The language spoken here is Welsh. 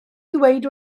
ddweud